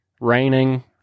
raining